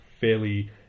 fairly